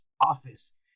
office